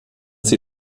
sie